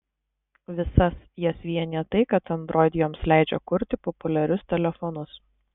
visas jas vienija tai kad android joms leidžia kurti populiarius telefonus